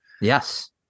yes